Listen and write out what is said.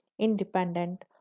independent